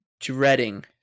dreading